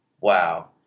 Wow